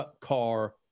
car